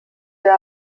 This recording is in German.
wir